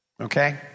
Okay